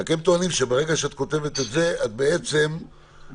הם טוענים שברגע שאת כותבת את זה את בעצם מורידה